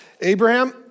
Abraham